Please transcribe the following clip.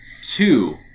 Two